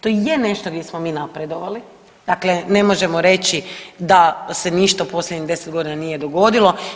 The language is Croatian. To je nešto gdje smo mi napredovali, dakle ne možemo reći da se ništa u posljednjih deset godina nije dogodilo.